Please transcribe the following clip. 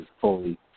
fully